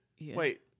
Wait